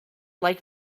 like